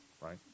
right